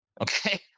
Okay